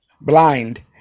Blind